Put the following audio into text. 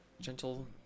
gentle